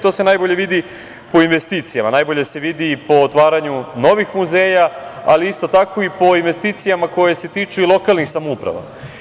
To se najbolje vidi po investicijama, najbolje se vidi i po otvaranju novih muzeja, ali isto tako i po investicijama koje se tiču i lokalnih samouprava.